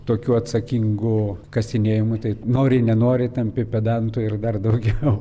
tokiu atsakingu kasinėjimu tai nori nenori tampi pedantu ir dar daugiau